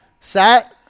Set